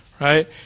right